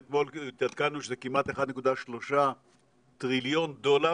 אתמול התעדכנו שזה 1.3 טריליון דולר